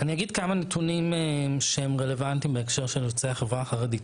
אני אגיד כמה נתונים שהם רלוונטיים בהקשר של יוצאי החברה החרדית.